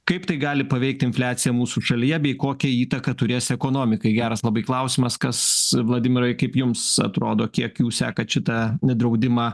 kaip tai gali paveikt infliaciją mūsų šalyje bei kokią įtaką turės ekonomikai geras labai klausimas kas vladimirai kaip jums atrodo kiek jūs sekat šitą draudimą